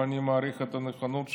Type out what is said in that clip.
ואני מעריך את הנכונות שלך,